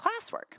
classwork